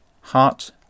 Heart